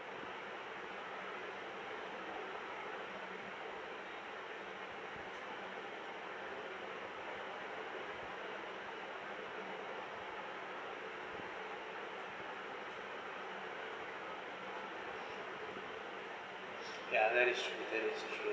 ya that's true that is true